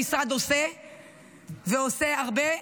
המשרד עושה ועושה הרבה,